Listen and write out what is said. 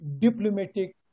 diplomatic